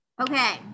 Okay